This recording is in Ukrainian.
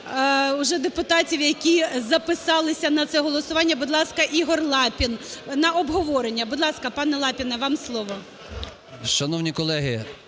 Дякую.